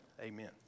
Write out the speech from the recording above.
Amen